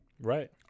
right